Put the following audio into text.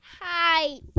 hi